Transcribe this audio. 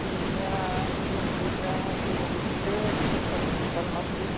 ᱟᱹᱞᱤᱧᱟᱜ ᱩᱯᱨᱩᱢ ᱦᱩᱭᱱᱟ ᱟᱛᱳ ᱦᱟᱺᱰᱤ ᱵᱩᱴᱟᱹ ᱧᱩᱛᱩᱢ ᱛᱟᱹᱞᱤᱧ ᱠᱩᱥᱟᱞ ᱢᱟᱨᱰᱤ